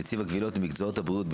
נציב הקבילות למקצועות הבריאות,